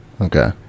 okay